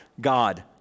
God